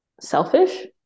Selfish